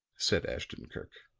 said ashton-kirk.